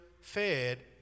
fed